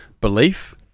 belief